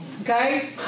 Okay